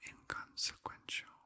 inconsequential